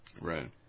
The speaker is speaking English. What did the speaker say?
Right